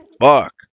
fuck